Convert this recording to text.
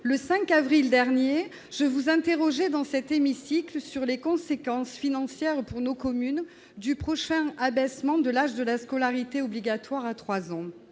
le 5 avril dernier, je vous interrogeais dans cet hémicycle sur les conséquences financières pour nos communes du prochain abaissement de l'âge de la scolarité obligatoire à trois